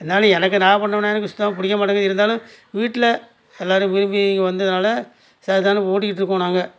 என்னாலி எனக்கு நாகப்பட்னம்னால இப்போ சுத்தமாக பிடிக்க மாட்டேங்கிது இருந்தாலும் வீட்டில் எல்லோரும் விரும்பி இங்கே வந்ததுனால் சரிதான்னு ஓட்டிக்கிட்டு இருக்கோம் நாங்கள்